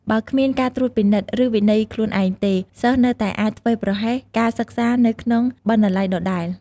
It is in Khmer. បើគ្មានការត្រួតពិនិត្យ ឬវិន័យខ្លួនឯងទេ សិស្សនៅតែអាចធ្វេសប្រហែសការសិក្សានៅក្នុងបណ្ណាល័យដដែល។